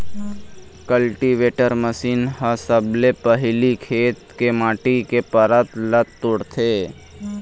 cultivator machine ह सबले पहिली खेत के माटी के परत ल तोड़थे